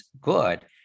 good